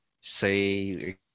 say